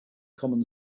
common